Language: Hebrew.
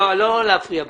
לא להפריע באמצע.